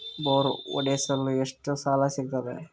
Bore ಹೊಡೆಸಲು ಎಷ್ಟು ಸಾಲ ಸಿಗತದ?